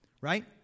right